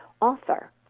author